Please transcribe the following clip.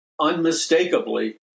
Unmistakably